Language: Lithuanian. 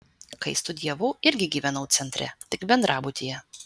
kai studijavau irgi gyvenau centre tik bendrabutyje